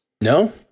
No